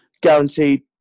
guaranteed